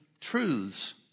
truths